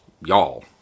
y'all